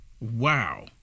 Wow